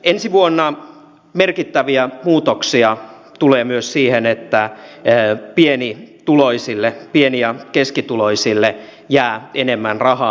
ensi vuonna merkittäviä muutoksia tulee myös siihen että pienituloisille pieni ja keskituloisille jää enemmän rahaa